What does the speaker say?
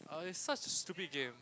err it's such a stupid game